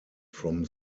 from